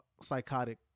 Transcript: psychotic